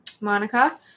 Monica